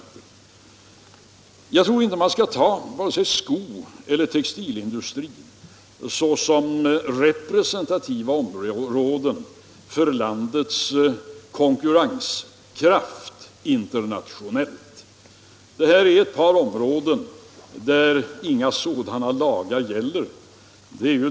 Jag tror inte att man skall betrakta vare sig skoeller textilindustrin som representativa områden för en bedömning av landets internationella konkurrenskraft. Detta är ett par områden där inga sådana lagar gäller.